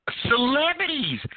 celebrities